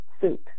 suit